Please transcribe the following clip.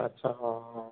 ଆଚ୍ଛା ହଁ ହଁ